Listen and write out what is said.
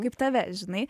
kaip tave žinai